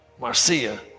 Marcia